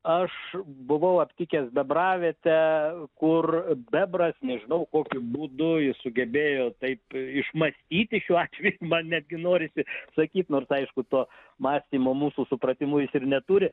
aš buvau aptikęs bebravietę kur bebras nežinau kokiu būdu jis sugebėjo taip išmąstyti šiuo atveju man netgi norisi sakyt nors aišku to mąstymo mūsų supratimu jis ir neturi